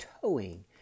towing